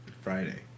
Friday